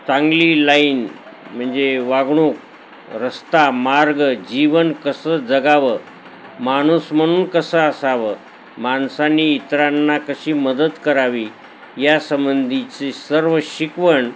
चांगली लाईन म्हणजे वागणूक रस्ता मार्ग जीवन कसं जगावं माणूस म्हणून कसं असावं माणसांनी इतरांना कशी मदत करावी या संबंधीची सर्व शिकवण